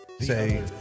say